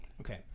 Okay